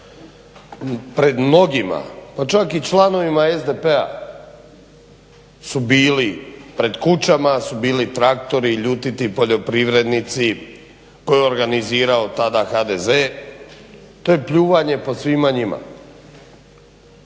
Pred mnogima, pa čak i članovima SPD-a su bili, pred kućama su bili traktori, ljutiti poljoprivrednici, to je organizirao tada HDZ. To je pljuvanje po svima njima.